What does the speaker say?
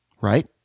right